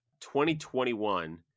2021